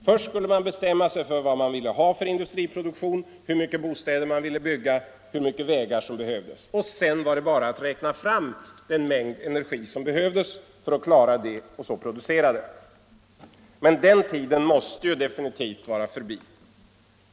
Först skulle man bestämma sig för vad man ville ha för industriproduktion, hur mycket bostäder man ville bygga, hur mycket vägar som behövdes — och sedan var det bara att räkna fram den mängd energi som behövdes för att klara det och så producera den. Men den tiden måste definitivt vara förbi.